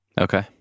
Okay